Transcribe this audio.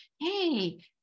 hey